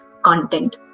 content